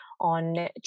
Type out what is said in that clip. on